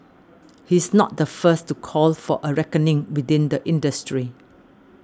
he's not the first to call for a reckoning within the industry